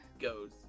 goes